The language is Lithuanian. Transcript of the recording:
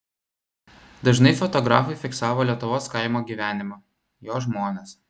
dažnai fotografai fiksavo lietuvos kaimo gyvenimą jo žmones